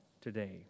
today